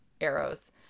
arrows